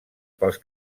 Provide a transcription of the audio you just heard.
pels